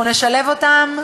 אנחנו נשלב אותן,